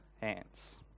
hands